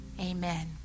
Amen